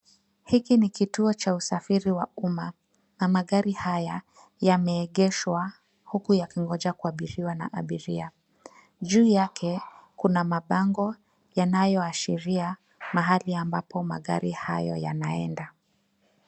Hiki ni kituo cha usafiri wa umma na magari haya yameegeshwa huku yakingoja kuabiriwa na abiria. Juu yake kuna mabango yanayoashiria mahali ambapo magari haya yanaenda.